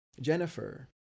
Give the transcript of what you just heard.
Jennifer